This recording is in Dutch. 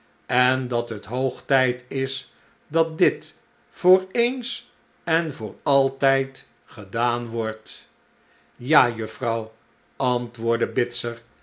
en dat het hoog tijd is dat dit voor eens en voor altijd gedaan wordt ja juffrouw antwoordde bitzer